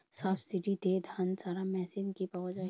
সাবসিডিতে ধানঝাড়া মেশিন কি পাওয়া য়ায়?